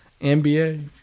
NBA